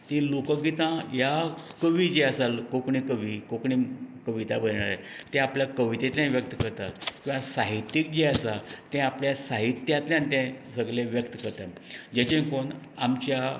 ती लोकगितां ह्या कवी जे आसा कोंकणी कवी कोंकणी कविता बरयणारे ते आपल्या कवितेंतल्यान व्यक्त करता किंवा साहित्यीक जे आसा ते आपल्या साहित्यांतल्यान तें सगलें व्यक्त करतात जेचे कोन आमच्या